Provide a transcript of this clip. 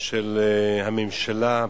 של הממשלה,